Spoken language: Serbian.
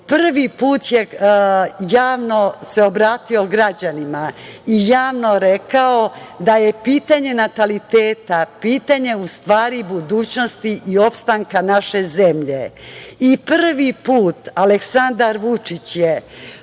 Prvi put se javno obratio građanima i javno rekao da je pitanje nataliteta, pitanje budućnosti i opstanka naše zemlje. Prvi put, Aleksandar Vučić je